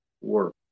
work